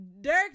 Dirk